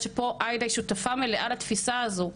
שפה עאידה היא שותפה מלאה לתפיסה הזו,